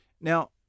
Now